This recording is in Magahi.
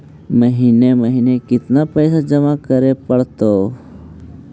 महिने महिने केतना पैसा जमा करे पड़तै?